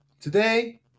today